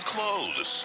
clothes